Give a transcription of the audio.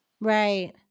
Right